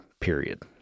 period